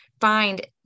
find